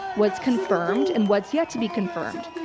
what's confirmed and what's yet to be confirmed.